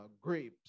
grapes